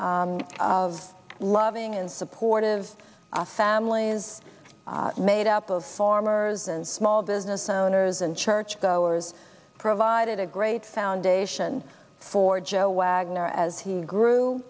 of loving and supportive families made up of farmers and small business owners and churchgoers provided a great foundation for joe wagner as he grew